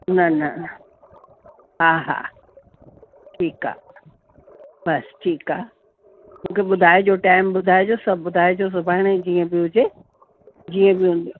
न न हा हा ठीकु आहे बसि ठीकु आहे मूंखे ॿुधाइजो टाइम ॿुधाइजो सभु ॿुधाइजो सुभाणे जीअं बि हुजे जीअं बि हूंदो